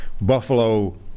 buffalo